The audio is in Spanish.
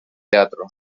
teatro